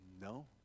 no